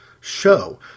show